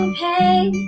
pain